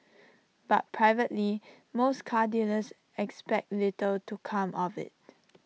but privately most car dealers expect little to come of IT